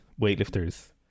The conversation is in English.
weightlifters